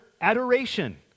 adoration